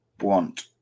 want